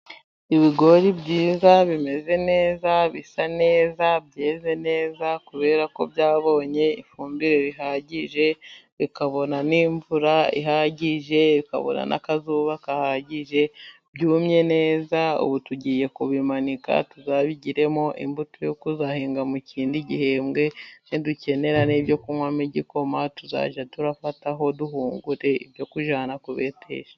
Ibigori byiza bimeze neza, bisa neza, byeze neza kubera ko byabonye ifumbire ihagije, bikabona n'mvura ihagije, bikabona akazuba gahagije byumye neza. Ubu tugiye kubimanika tuzabigiremo imbuto yo kuzahinga mu kindi gihembwe. Nidukenera n'ibyo kunywamo igikoma tuzajya dufataho duhungure ibyo kujyana kubeteshe.